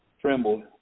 trembled